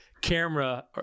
camera